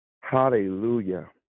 hallelujah